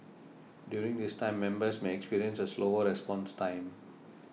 during this time members may experience a slower response time